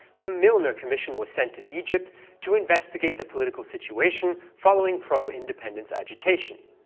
the milner commission was sent to egypt to investigate the political situation following pro-independence agitation.